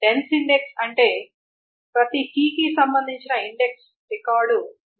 dense index అంటే ప్రతి కీకి సంబంధించిన ఇండెక్స్ రికార్డు ఉంటుంది